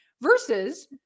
versus